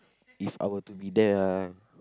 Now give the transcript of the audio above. if I were to be there ah